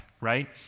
right